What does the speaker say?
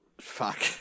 fuck